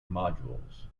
modules